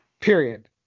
Period